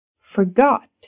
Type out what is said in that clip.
forgot